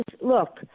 look